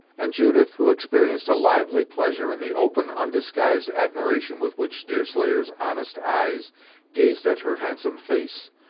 and judith, who experienced a lively pleasure in the open, undisguised admiration with which deerslayer's honest eyes gazed at her handsome face,